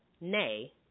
Nay